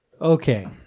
Okay